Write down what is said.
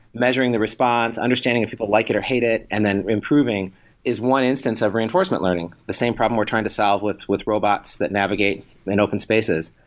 measuring the response, understanding if people like it or hate it, and then improving is one instance of reinforcement learning. the same problem we're trying to solve with with robots that navigate in open spaces.